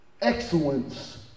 excellence